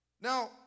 Now